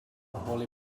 holy